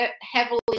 heavily